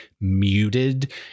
muted